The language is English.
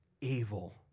evil